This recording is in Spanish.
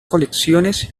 colecciones